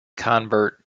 convert